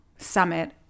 Summit